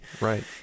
Right